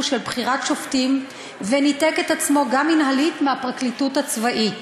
של בחירת שופטים וניתק את עצמו גם מינהלית מהפרקליטות הצבאית.